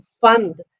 fund